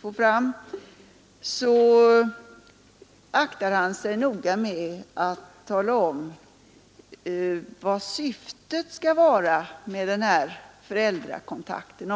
få fram aktar han sig noga för att tala om, vad syftet skall vara med den här föräldrakontakten.